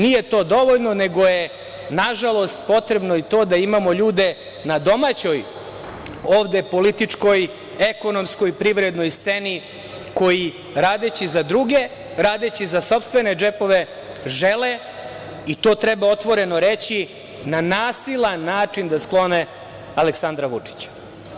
Nije to dovoljno, nego je, nažalost, potrebno i to da imamo ljude na domaćoj ovde političkoj, ekonomskoj, privrednoj sceni koji radeći za druge, radeći za sopstvene džepove žele, i to treba otvoreno reći, na nasilan način da sklone Aleksandra Vučića.